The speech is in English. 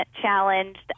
challenged